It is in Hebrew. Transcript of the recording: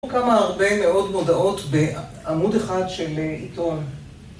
תראו כמה הרבה מאוד מודעות בעמוד אחד של עיתון.